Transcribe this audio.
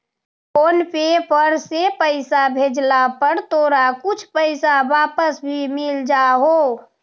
phone पे पर से पईसा भेजला पर तोरा कुछ पईसा वापस भी मिल जा हो